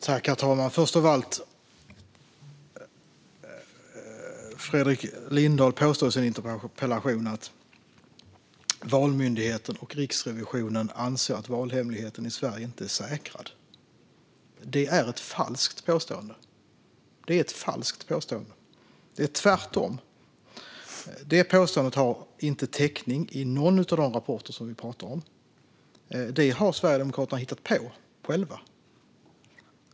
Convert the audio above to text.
Herr talman! Först av allt: Fredrik Lindahl påstår i sin interpellation att Valmyndigheten och Riksrevisionen anser att valhemligheten i Sverige inte är säkrad. Det är ett falskt påstående. Det är tvärtom. Det påståendet har inte täckning i någon av de rapporter som vi talar om. Det har Sverigedemokraterna själva hittat på.